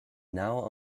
now